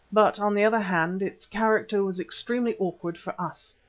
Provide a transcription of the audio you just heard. but, on the other hand, its character was extremely awkward for us.